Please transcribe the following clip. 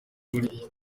amashuri